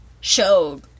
showed